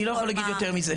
אני לא יכול להגיד יותר מזה.